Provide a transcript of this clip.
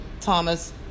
Thomas